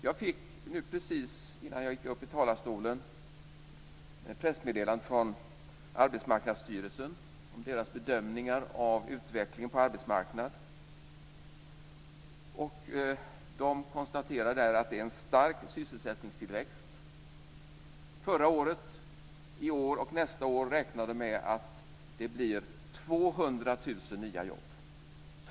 Jag fick just innan jag gick upp i talarstolen ett pressmeddelande från Arbetsmarknadsstyrelsen om deras bedömningar av utvecklingen på arbetsmarknaden. Man konstaterar att det är en stark sysselsättningstillväxt. Förra året, i år och nästa år räknar man med att det blir 200 000 nya jobb.